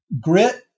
Grit